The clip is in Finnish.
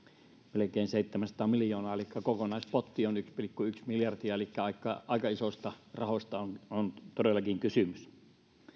melkein seitsemänsataa miljoonaa elikkä kokonaispotti on yksi pilkku yksi miljardia elikkä aika aika isoista rahoista on on todellakin kysymys